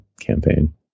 campaign